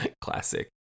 Classic